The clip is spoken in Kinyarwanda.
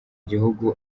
gihugu